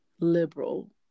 liberal